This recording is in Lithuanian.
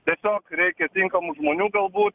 tiesiog reikia tinkamų žmonių galbūt